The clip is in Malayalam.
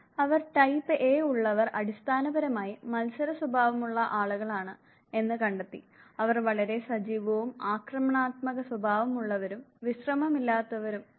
അവർ ടൈപ്പ് എ ഉള്ളവർ അടിസ്ഥാനപരമായി മത്സരസ്വഭാവമുള്ള ആളുകളാണ് എന്ന് കണ്ടെത്തി അവർ വളരെ സജീവവും ആക്രമണാത്മക സ്വഭാവം ഉള്ളവരും വിശ്രമമില്ലാത്തവരുമാണ്